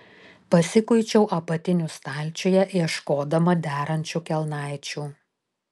pasikuičiau apatinių stalčiuje ieškodama derančių kelnaičių